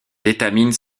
étamines